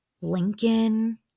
lincoln